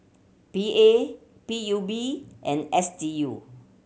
P A P U B and S D U